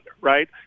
right